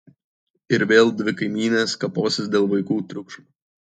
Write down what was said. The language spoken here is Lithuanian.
ir vėl dvi kaimynės kaposis dėl vaikų triukšmo